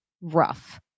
rough